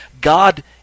God